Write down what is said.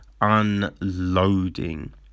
unloading